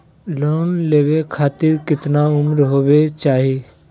Loan लेवे खातिर केतना उम्र होवे चाही?